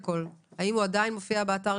האם הוא עדיין מופיע באתר